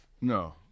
No